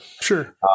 Sure